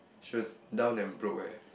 she was down and broke eh